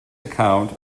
account